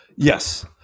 Yes